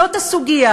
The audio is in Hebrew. זאת הסוגיה.